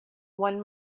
one